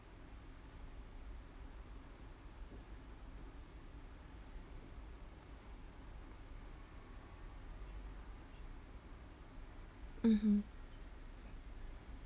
mmhmm